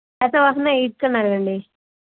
శాతవాహన ఎయిట్కి అన్నారాండి